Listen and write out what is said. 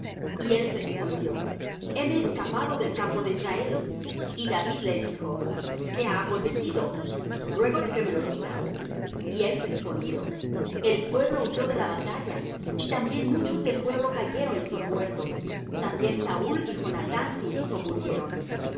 y él respondió heme escapado del campo de israel y david le dijo qué ha acontecido ruégote que me lo digas y él respondió el pueblo huyó de la batalla y también muchos del pueblo cayeron y son muertos también saúl y jonathán su hijo murieron